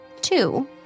Two